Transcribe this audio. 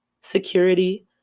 security